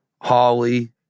Holly